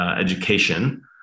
education